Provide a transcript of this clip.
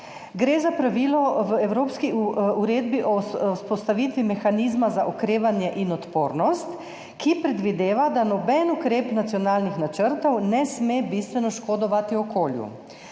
Gre za pravilo v evropski uredbi o vzpostavitvi Mehanizma za okrevanje in odpornost, ki predvideva, da noben ukrep nacionalnih načrtov ne sme bistveno škodovati okolju.